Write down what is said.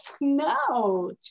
no